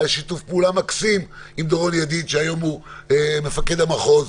היה שיתוף פעולה מקסים עם דורון ידיד שהוא היום מפקד המחוז.